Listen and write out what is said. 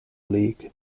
league